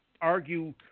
argue